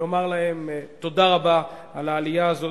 לומר להם תודה רבה על העלייה הזאת.